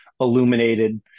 illuminated